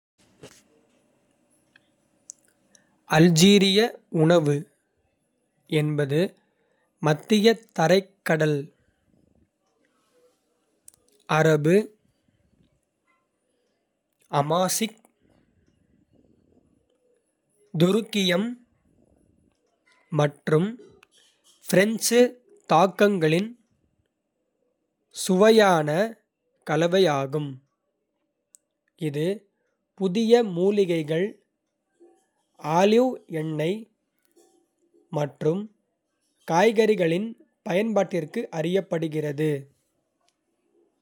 அல்ஜீரிய உணவு என்பது மத்திய தரைக்கடல், அரபு, அமாசிக், துருக்கியம் மற்றும் பிரெஞ்சு தாக்கங்களின் சுவையான கலவையாகும். இது புதிய மூலிகைகள், ஆலிவ் எண்ணெய் மற்றும் காய்கறிகளின் பயன்பாட்டிற்கு அறியப்படுகிறது.